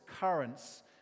currents